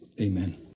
amen